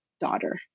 daughter